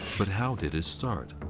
but how did it start?